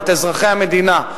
את אזרחי המדינה,